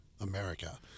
America